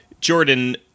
jordan